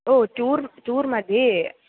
ओ चूर् चूर् मध्ये